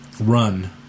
run